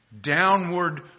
Downward